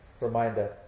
reminder